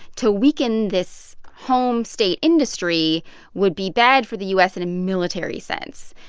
to weaken this home state industry would be bad for the u s. in a military sense,